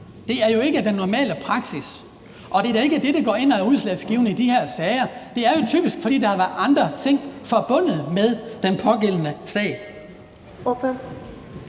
Det er jo ikke den normale praksis, og det er da ikke det, der går ind og er udslagsgivende i den her type sager. Det er jo typisk, fordi der har været andre ting forbundet med den pågældende sag. Kl.